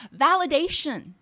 Validation